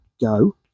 go